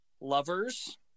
lovers